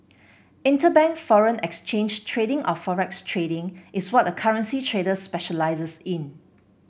interbank foreign exchange trading or forex trading is what a currency trader specialises in